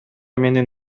менин